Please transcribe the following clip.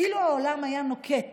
אילו העולם היה נוקט